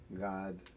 God